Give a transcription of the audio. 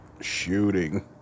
Shooting